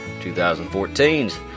2014's